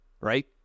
right